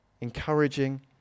encouraging